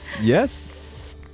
Yes